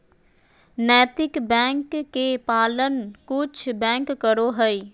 नैतिक बैंक के पालन कुछ बैंक करो हइ